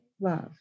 love